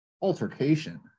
altercation